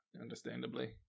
understandably